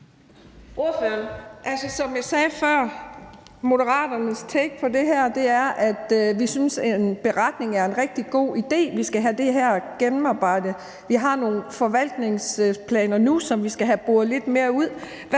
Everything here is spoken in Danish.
Som jeg sagde før: Moderaternes take på det her er, at vi synes, en beretning er en rigtig god idé. Vi skal have det her gennemarbejdet. Vi har nogle forvaltningsplaner nu, som vi skal have boret lidt mere ud: